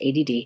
ADD